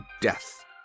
death